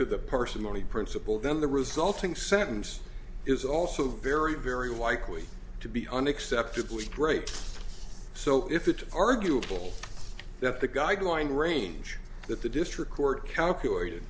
parsimony principle then the resulting sentence is also very very likely to be unacceptably great so if it's arguable that the guidelines range that the district court calculated